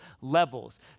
levels